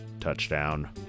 Touchdown